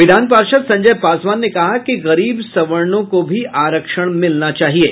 विधान पार्षद संजय पासवान ने कहा कि गरीब सवर्णों को भी आरक्षण मिलना चाहिये